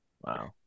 Wow